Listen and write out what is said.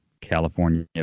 California